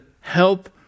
help